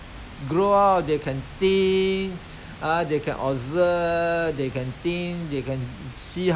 those kids without education you think they what they are gong gong you know they don't know what to do you know I mean they